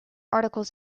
articles